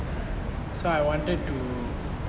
so I wanted to